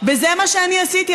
וזה מה שאני עשיתי,